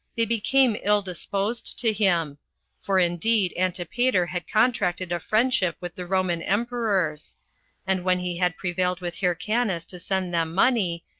they became ill disposed to him for indeed antipater had contracted a friendship with the roman emperors and when he had prevailed with hyrcanus to send them money,